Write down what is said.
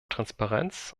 transparenz